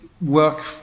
work